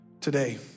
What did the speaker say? today